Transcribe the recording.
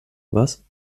was